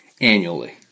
annually